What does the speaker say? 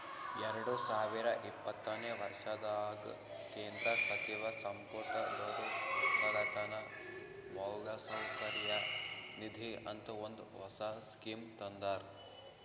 ಎರಡು ಸಾವಿರ ಇಪ್ಪತ್ತನೆ ವರ್ಷದಾಗ್ ಕೇಂದ್ರ ಸಚಿವ ಸಂಪುಟದೊರು ಒಕ್ಕಲತನ ಮೌಲಸೌಕರ್ಯ ನಿಧಿ ಅಂತ ಒಂದ್ ಹೊಸ ಸ್ಕೀಮ್ ತಂದಾರ್